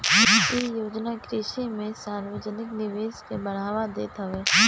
इ योजना कृषि में सार्वजानिक निवेश के बढ़ावा देत हवे